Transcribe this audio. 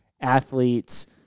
athletes